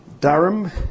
Durham